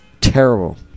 terrible